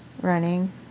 running